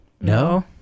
No